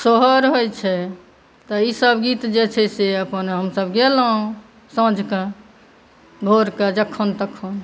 सोहर होइ छै तऽ ईसभ गीत जे छै से अपन हमसभ गेलहुँ साँझक भोरक जखन तखन